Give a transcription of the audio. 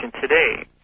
today